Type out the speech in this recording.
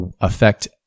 affect